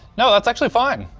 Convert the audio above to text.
no, that's actually fine.